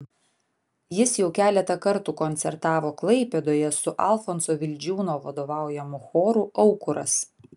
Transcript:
jis jau keletą kartų koncertavo klaipėdoje su alfonso vildžiūno vadovaujamu choru aukuras